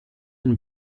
and